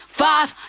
five